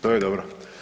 To je dobro.